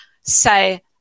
say